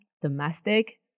domestic